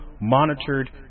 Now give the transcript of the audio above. monitored